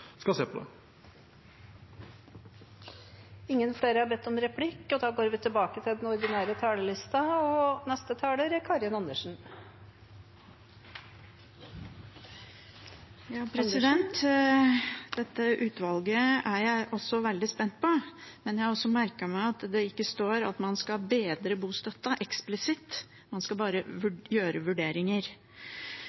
se på det. Replikkordskiftet er dermed omme. De talere som heretter får ordet, har også en taletid på inntil 3 minutter. Dette utvalget er jeg også veldig spent på, men jeg har merket meg at det ikke står at man skal bedre bostøtten, eksplisitt, men skal bare